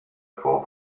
for